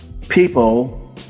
People